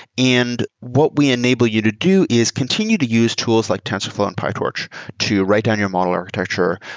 and what we enable you to do is continue to use tools like tensorflow and pytorch to write on your model architecture,